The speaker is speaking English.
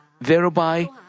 thereby